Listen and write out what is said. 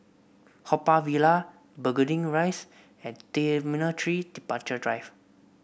Haw Par Villa Burgundy Rise and T Three Departure Drive